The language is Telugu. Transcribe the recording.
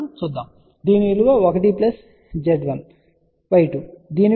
కాబట్టి దీని విలువ 1 Z1 Y2 దీని విలువ 1 Z1 Y2